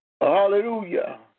Hallelujah